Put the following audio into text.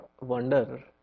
wonder